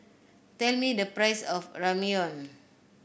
tell me the price of Ramyeon